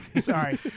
Sorry